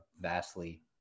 vastly